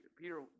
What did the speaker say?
Peter